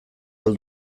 ahal